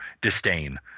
disdain